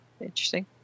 Interesting